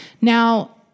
Now